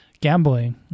gambling